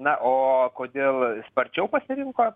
na o kodėl sparčiau pasirinko